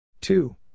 Two